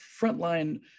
frontline